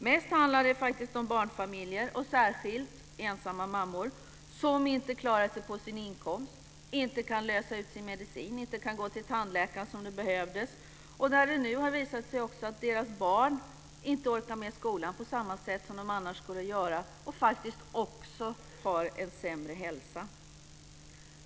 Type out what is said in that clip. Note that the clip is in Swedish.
Mest handlar det faktiskt om barnfamiljer, särskilt ensamma mammor, som inte klarar sig på sin inkomst, inte kan lösa ut sin medicin och inte kan gå till tandläkaren om det behövs. Det har också visat sig att deras barn inte orkar med skolan på samma sätt som de annars skulle göra och faktiskt har en sämre hälsa.